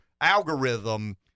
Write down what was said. algorithm